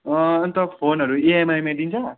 अन्त फोनहरू इएमआईमा दिन्छ